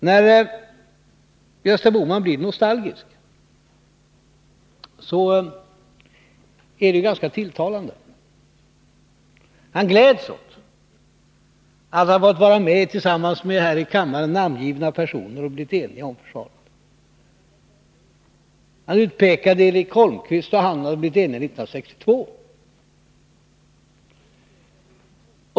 När Gösta Bohman blir nostalgisk är det ganska tilltalande. Han gläds åt att han fått vara med om att tillsammans med här i kammaren namngivna personer enas om försvaret. Han utpekade Eric Holmqvist och sade att Eric Holmqvist och han hade blivit eniga 1962.